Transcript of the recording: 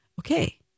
Okay